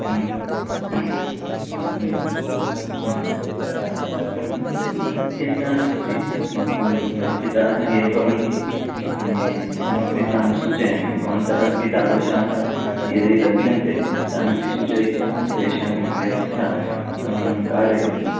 चिन्ता नास्ति अस्माकं परिचिताः ये भवन्ति अहमपि तान् सूचयामि भवन्तः अपि तादृशाः यदि लभ्यन्ते तान् अपि सूचयित्वा तेषां व्यवस्था कारयन्तु